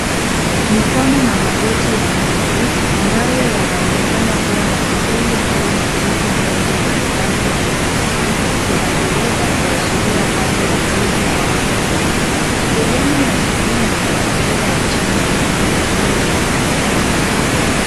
Mikono na magoti ya mtu, ambayo yanaonekana kuwa na vipele au majipu mengi yenye rangi nyeusi, vinavyoweza kuashiria hali ya ngozi au ugonjwa. Sehemu ya miguu na mazingira ya chini ya mtu huyo yanaonekana pia.